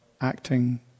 acting